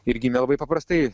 ir gimė labai paprastai